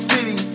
City